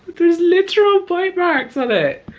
there's literal bite marks on it!